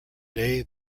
day